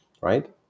right